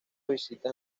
visitas